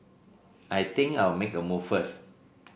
I think I'll make a move first